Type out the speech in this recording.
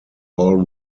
all